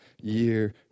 year